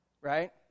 right